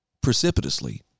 precipitously